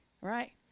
right